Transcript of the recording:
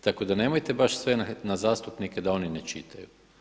Tako da nemojte baš sve na zastupnike da oni ne čitaju.